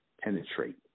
penetrate